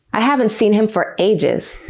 i haven't seen him for ages.